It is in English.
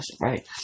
right